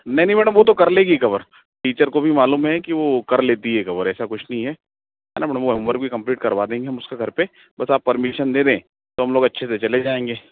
नहीं नहीं मैडम वह तो कर लेगी कवर टीचर को भी मालूम है कि वह कर लेती है कवर और ऐसा कुछ नहीं है है ना वह मैडम होमवर्क भी हम कंप्लीट कर देंगे हम उसका घर पर बस आप परमिशन दे दें तो हम लोग अच्छे से चले जाएँगे